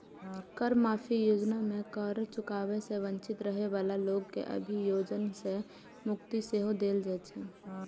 कर माफी योजना मे कर चुकाबै सं वंचित रहै बला लोक कें अभियोजन सं मुक्ति सेहो देल जाइ छै